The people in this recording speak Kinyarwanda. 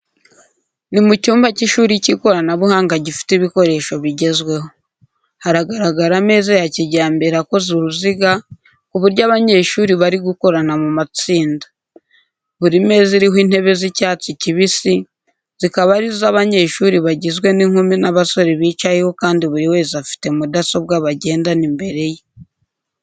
Ni mu cyumba cy’ishuri cy’ikoranabuhanga gifite ibikoresho bigezweho. Haragaragara ameza ya kijyambere akoze uruziga, ku buryo abanyeshuri bari gukorana mu matsinda. Buri meza iriho intebe z'icyatsi kibisi, zikaba ari zo abanyeshuri bagizwe n'inkumi n'abasore bicayeho kandi buri wese afite mudasobwa bagendana imbere ye.